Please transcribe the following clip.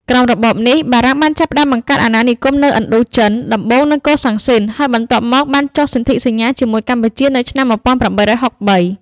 ក្រោមរបបនេះ បារាំងបានចាប់ផ្តើមបង្កើតអាណានិគមនៅឥណ្ឌូចិន ដំបូងនៅកូសាំងស៊ីន ហើយបន្ទាប់មកបានចុះសន្ធិសញ្ញាជាមួយកម្ពុជានៅឆ្នាំ ១៨៦៣។